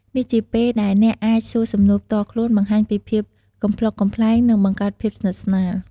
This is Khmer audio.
នេះជាពេលដែលអ្នកអាចសួរសំណួរផ្ទាល់ខ្លួន បង្ហាញពីភាពកំប្លុកកំប្លែង និងបង្កើតភាពស្និទ្ធស្នាល។